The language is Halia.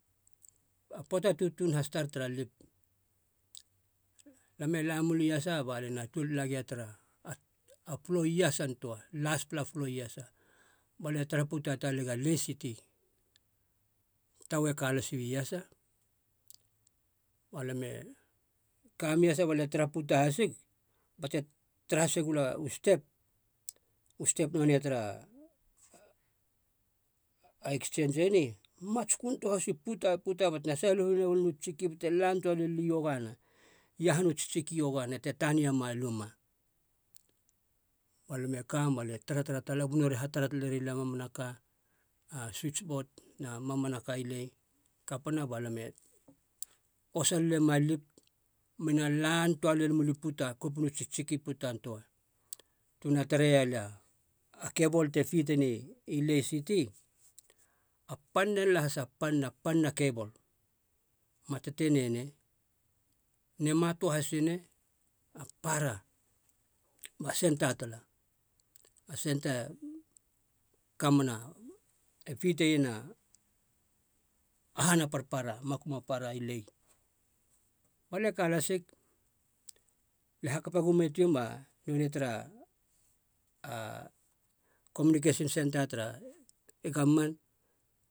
A poata tutun has tara lip. Lame la mula iasa balie na tuol tala gia tara a plo iasan töa laspela plo iasa balie tara puta talega lae siti. Taua e ka las ia iasa balam e kami iasa balia e tara puta hasig bate tara hase gula u step, u step nonoe tara a ekstseins eni, matskön toa has i puta puta ba tena saluhena tsiktsiki bate lan töa leli iogana iahanu tsitsiki iogana te taniama luma. Balam e kam balia tara tara talag ba nori e ha tara tareri lia a mamanaka, a suits bot na mamanaka i lae. Kapana balame osa lelemuma lip mena lan toa lel mula i puta kopinu tsiktsiki i putan töa. Tuna tarea lia a kebol te piteni i lae siti, a panen lahas a pan na apan na a kebol ma tetene nei nema toa hasi nei, a para, ba senta tala, a senta kamena, e piteiena han a parpara makum a para i lae. Ba lia e ka lasig lie hakapa gume tiom ba nonei tara a komunikesin senta tara e gamman